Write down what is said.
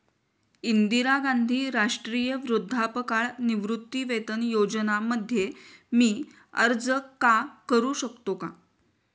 इंदिरा गांधी राष्ट्रीय वृद्धापकाळ निवृत्तीवेतन योजना मध्ये मी अर्ज का करू शकतो का?